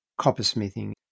coppersmithing